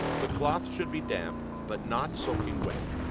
the cloth should be damp but not soaking wet.